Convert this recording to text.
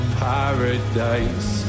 paradise